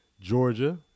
Georgia